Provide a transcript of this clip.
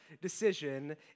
decision